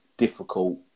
difficult